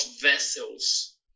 vessels